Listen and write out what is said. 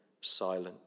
silent